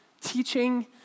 teaching